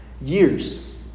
years